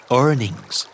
earnings